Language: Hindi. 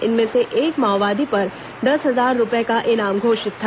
इनमें से एक माओवादी पर दस हजार रूपये का इनाम घोषित था